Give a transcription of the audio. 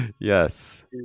Yes